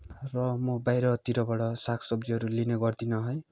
र म बाहिरतिरबाट साग सब्जीहरू लिने गर्दिनँ है